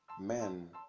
Men